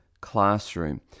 classroom